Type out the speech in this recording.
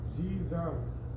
Jesus